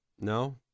No